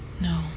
No